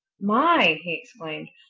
my! he exclaimed.